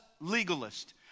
legalist